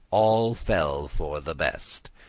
all fell for the best.